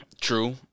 True